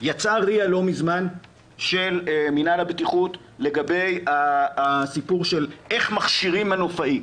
יצאה ria של מינהל הבטיחות לא מזמן לגבי איך מכשירים מנופאי?